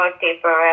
paper